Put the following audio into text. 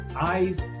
eyes